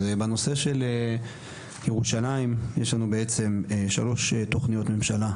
ובנושא של ירושלים יש לנו בעצם שלוש תכניות ממשלה,